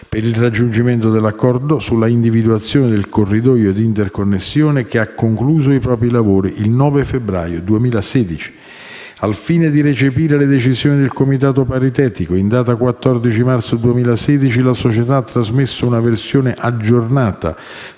per il raggiungimento dell'accordo sull'individuazione del corridoio di interconnessione, che ha concluso i propri lavori il 9 febbraio 2016. Al fine di recepire le decisioni del comitato paritetico, in data 14 marzo 2016 la società ha trasmesso una versione aggiornata